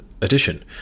edition